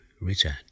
return